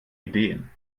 ideen